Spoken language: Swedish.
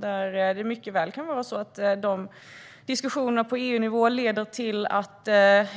Där kan diskussionerna på EU-nivå mycket väl leda till att